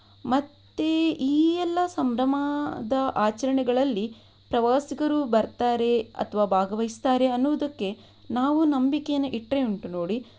ಮತ್ತೆ ಈ ಎಲ್ಲ ಸಂಭ್ರಮದ ಆಚರಣೆಗಳಲ್ಲಿ ಪ್ರವಾಸಿಗರು ಬರ್ತಾರೆ ಅಥವಾ ಭಾಗವಹಿಸ್ತಾರೆ ಅನ್ನುವುದಕ್ಕೆ ನಾವು ನಂಬಿಕೆಯನ್ನು ಇಟ್ಟರೆ ಉಂಟು ನೋಡಿ